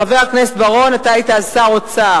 חבר הכנסת בר-און, אתה היית אז שר האוצר.